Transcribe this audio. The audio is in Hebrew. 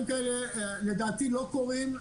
דברים כאלה לא קורים,